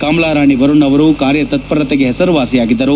ಕಮಲಾ ರಾಣಿ ವರುಣ್ ಅವರು ಕಾರ್ಯತ್ತರತೆಗೆ ಹೆಸರುವಾಸಿಯಾಗಿದ್ದರು